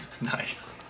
Nice